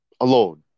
alone